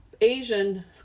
Asian